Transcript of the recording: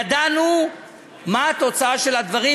ידענו מה התוצאה של הדברים,